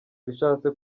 bishatse